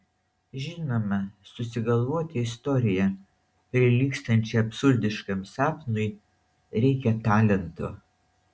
žinoma susigalvoti istoriją prilygstančią absurdiškam sapnui reikia talento